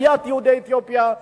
עליית יהודי אתיופיה,